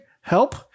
help